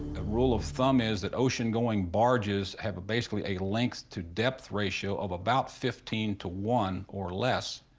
ah rule of thumb is that oceangoing barges have basically a length to depth ratio of about fifteen to one, or less.